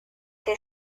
que